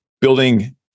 building